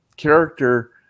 character